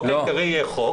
החוק העיקרי יהיה חוק.